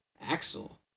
Axel